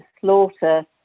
slaughter